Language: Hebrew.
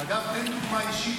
אגב, תן דוגמה אישית.